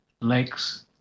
lakes